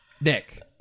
Nick